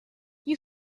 you